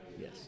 Yes